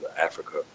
Africa